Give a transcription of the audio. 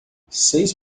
seis